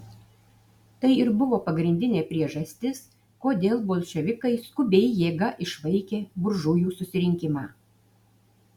tai ir buvo pagrindinė priežastis kodėl bolševikai skubiai jėga išvaikė buržujų susirinkimą